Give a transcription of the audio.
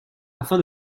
afin